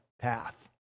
path